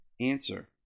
Answer